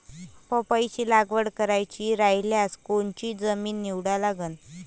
पपईची लागवड करायची रायल्यास कोनची जमीन निवडा लागन?